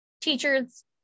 teachers